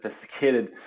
sophisticated